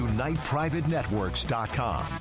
UnitePrivateNetworks.com